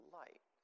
light